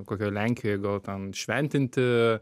kokioj lenkijoj gal ten šventinti